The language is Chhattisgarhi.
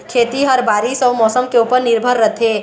खेती ह बारीस अऊ मौसम के ऊपर निर्भर रथे